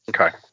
Okay